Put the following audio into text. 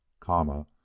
kama,